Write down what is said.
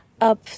up